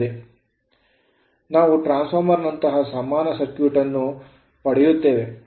ಈಗ ನಾವು transformer ನಂತಹ ಸಮಾನ ಸರ್ಕ್ಯೂಟ್ ಅನ್ನು ಪಡೆಯುತ್ತೇವೆ